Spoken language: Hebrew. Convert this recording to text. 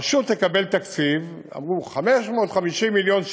הרשות תקבל תקציב, אמרו 550 מיליון שקלים,